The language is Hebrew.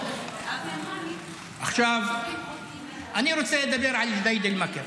עכשיו אני רוצה לדבר על ג'דיידה-מכר,